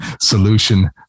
solution